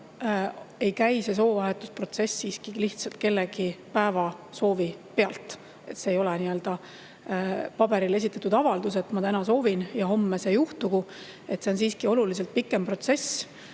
ei käi soovahetusprotsess siiski lihtsalt kellegi päevasoovi pealt. Seda ei [tehta] nii-öelda paberil esitatud avalduse põhjal, et ma täna soovin ja homme see juhtugu. See on siiski oluliselt pikem protsess. Ma